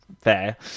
fair